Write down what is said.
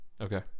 Okay